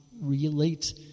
relate